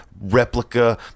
replica